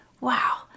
Wow